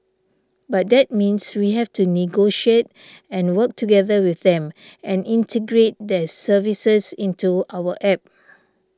but that means we have to negotiate and work together with them and integrate their services into our app